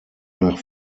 nach